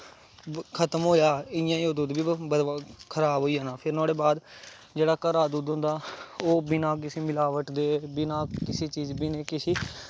खतम होएआ इ'यां गै ओह् दुद्ध बी मतलब खराब होई जाना फिर नोहाड़े बाद जेह्ड़ा घरा दा दुद्ध होंदा ओह् बिना किसे मलावट दे बिना किसे चीज बिना बी नेईं किसी